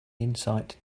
insight